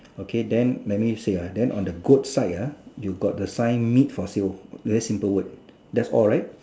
okay then let me say ah then on the goat side ah you got the sign meat for sale very simple word that's all right